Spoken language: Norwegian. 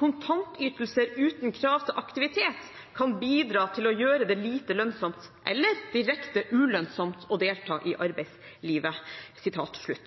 «Kontantytelser uten krav til aktivitet kan bidra til å gjøre det lite lønnsomt, eller direkte ulønnsomt, å delta i arbeidslivet.»